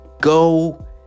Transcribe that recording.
go